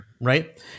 right